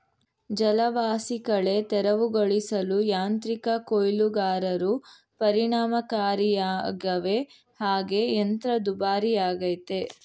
ಜಲವಾಸಿಕಳೆ ತೆರವುಗೊಳಿಸಲು ಯಾಂತ್ರಿಕ ಕೊಯ್ಲುಗಾರರು ಪರಿಣಾಮಕಾರಿಯಾಗವೆ ಹಾಗೆ ಯಂತ್ರ ದುಬಾರಿಯಾಗಯ್ತೆ